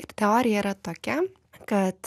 ir teorija yra tokia kad